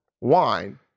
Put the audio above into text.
wine